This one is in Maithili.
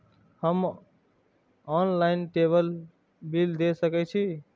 हम ऑनलाईनटेबल बील दे सके छी?